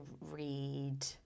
read